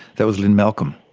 that was lynne malcolm,